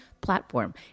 platform